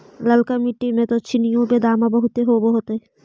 ललका मिट्टी मे तो चिनिआबेदमां बहुते होब होतय?